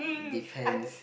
depends